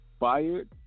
Fired